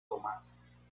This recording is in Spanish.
tomás